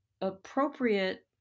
appropriate